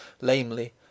lamely